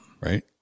Right